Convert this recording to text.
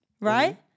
right